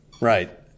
right